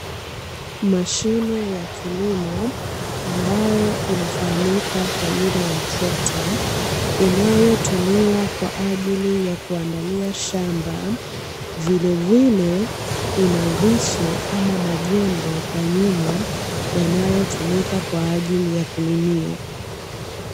Mashine ya kilimo ambayo inafahamika kwa jina la trekta, inayotumiwa kwa ajili ya kuandalia shamba. Vilevile ina visu ama majembe kwa nyuma, yanayotumika kwa ajili ya kulimia.